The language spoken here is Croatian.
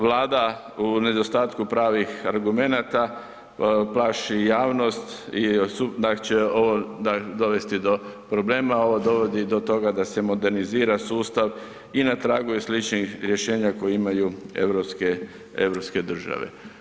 Vlada u nedostatku pravih argumenata plaši javnost i, da će dovesti do problema, ovo dovodi do toga da se modernizira sustav i na tragu je sličnih rješenja koje imaju europske države.